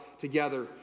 together